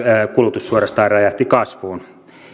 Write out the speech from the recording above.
kulutus suorastaan räjähti kasvuun